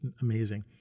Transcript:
amazing